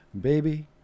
baby